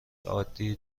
عالی